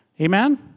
Amen